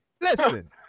listen